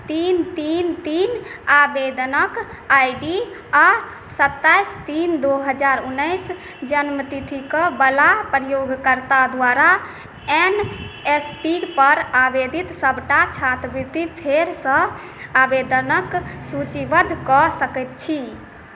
तीन तीन तीन आवेदनके आइ डी आओर सत्ताइस तीन दुइ हजार उनैस जनमतिथिवला प्रयोगकर्ता द्वारा एन एस पी पर आवेदित सबटा छात्रवृति फेरसँ आवेदनकेँ सूचीबद्ध कऽ सकै छी